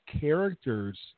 characters